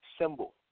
symbol